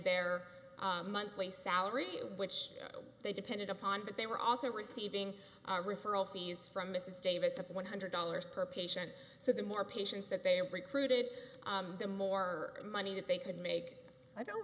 their monthly salary which they depended upon but they were also receiving a referral fees from mrs davis up one hundred dollars per patient so the more patients that they recruited the more money that they could make i don't